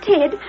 Ted